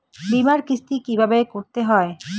বিমার কিস্তি কিভাবে করতে হয়?